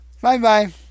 Bye-bye